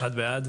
הצבעה בעד,